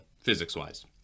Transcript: physics-wise